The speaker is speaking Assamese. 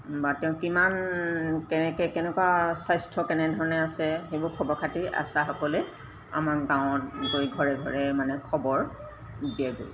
বা তেওঁ কিমান কেনেকৈ কেনেকুৱা স্বাস্থ্য কেনেধৰণে আছে সেইবোৰ খবৰ খাতি আশাসকলে আমাৰ গাঁৱত গৈ ঘৰে ঘৰে মানে খবৰ দিয়েগৈ